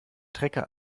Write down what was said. trecker